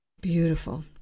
Beautiful